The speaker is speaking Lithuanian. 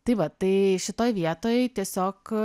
tai vat tai šitoj vietoj tiesiog